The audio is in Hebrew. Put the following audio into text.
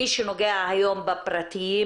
מי שנוגע היום בפרטיים,